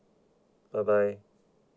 bye bye